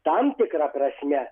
tam tikra prasme